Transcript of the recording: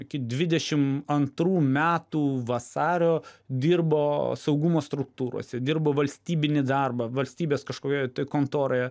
iki dvidešim antrų metų vasario dirbo saugumo struktūrose dirbo valstybinį darbą valstybės kažkokioje kontoroje